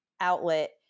outlet